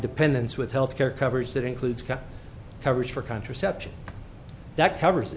dependents with health care coverage that includes coverage for contraception that covers